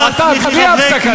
אתה בלי הפסקה.